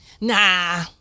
Nah